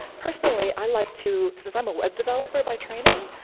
personally, i like to since i'm a web developer by training,